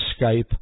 Skype